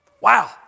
Wow